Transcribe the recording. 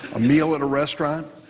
a meal at a restaurant,